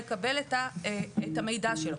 לקבל את המידע שלו.